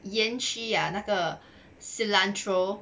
闫旭 ah 那个 cilantro